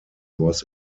was